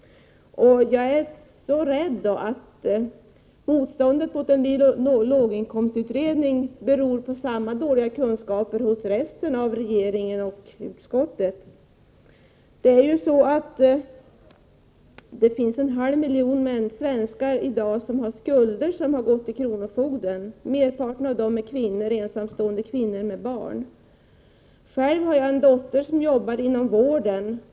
Jag är rädd för att motståndet mot en ny låginkomstutredning beror på att man har lika dåliga kunskaper i resten av regeringen och i utskottet. En halv miljon svenskar har i dag skulder, vilka har gått till kronofogden. Merparten av dessa svenskar är ensamstående kvinnor med barn. Själv har jag en dotter som arbetar inom vården.